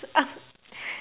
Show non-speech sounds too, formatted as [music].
[laughs]